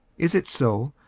is it so,